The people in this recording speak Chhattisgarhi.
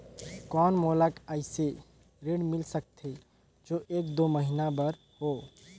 कौन मोला अइसे ऋण मिल सकथे जो एक दो महीना बर हो?